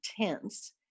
tense